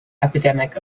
epidemic